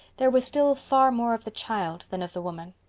there was still far more of the child than of the woman.